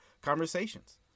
conversations